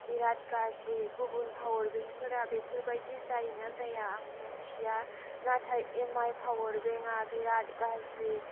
बिराद गाज्रि गुबुन पावार बेंकफोरा बेफोरबायदि जायोना जाया आं मोन्थिया नाथाय एम आइ पावार बेंकआ बिराद गाज्रि